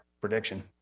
prediction